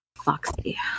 Foxy